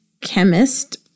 Chemist